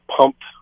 pumped